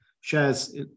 shares